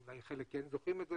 ואולי חלק זוכרים את זה,